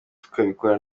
tukabikora